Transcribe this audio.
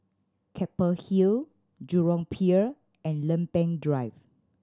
Keppel Hill Jurong Pier and Lempeng Drive